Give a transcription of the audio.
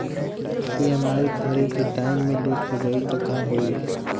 EMI भरे के time मे लेट हो जायी त का होई?